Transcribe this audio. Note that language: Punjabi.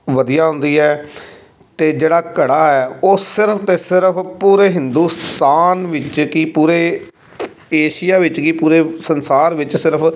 ਵਧੀਆ ਹੁੰਦੀ ਹੈ ਅਤੇ ਜਿਹੜਾ ਘੜਾ ਹੈ ਉਹ ਸਿਰਫ਼ ਅਤੇ ਸਿਰਫ਼ ਪੂਰੇ ਹਿੰਦੂਸਤਾਨ ਵਿੱਚ ਕੀ ਪੂਰੇ ਏਸ਼ੀਆ ਵਿੱਚ ਕੀ ਪੂਰੇ ਸੰਸਾਰ ਵਿੱਚ ਸਿਰਫ਼